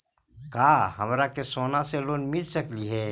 का हमरा के सोना से लोन मिल सकली हे?